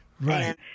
Right